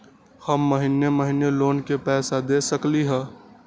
हम महिने महिने लोन के पैसा दे सकली ह?